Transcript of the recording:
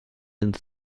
and